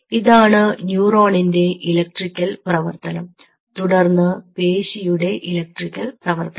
ഇതാണ് ന്യൂറോണിന്റെ ഇലക്ട്രിക്കൽ പ്രവർത്തനം തുടർന്ന് പേശിയുടെ ഇലക്ട്രിക്കൽ പ്രവർത്തനം